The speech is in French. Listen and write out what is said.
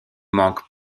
manquent